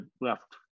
left